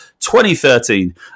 2013